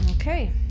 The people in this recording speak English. Okay